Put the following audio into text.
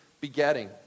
begetting